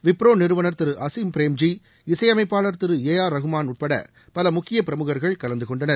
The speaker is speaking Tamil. விப்ரோ நிறுவனர் திரு அஸிம் பிரேம்ஜிஇசையமைப்பாளர் திரு ஏ ஆர் ரஹ்மான் உட்பட பல முக்கிய பிரமுகர்கள் கலந்து கொண்டனர்